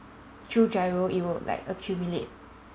through GIRO it will like accumulate